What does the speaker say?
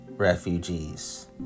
Refugees